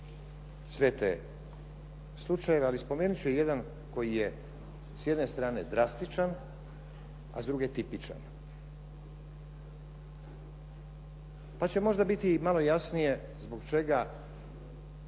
sve te slučajeve ali spomenut ću jedan koji je s jedne strane drastičan a s druge tipičan pa će možda biti malo jasnije zbog čega